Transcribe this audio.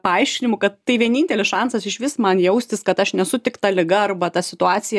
paaiškinimu kad tai vienintelis šansas išvis man jaustis kad aš nesu tik ta liga arba ta situacija